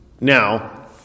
Now